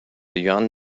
yuan